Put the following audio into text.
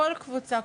כל קבוצה,